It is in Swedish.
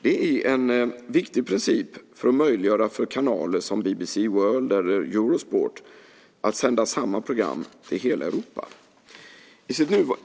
Det är en viktig princip för att möjliggöra för kanaler som BBC World eller Eurosport att sända samma program till hela Europa.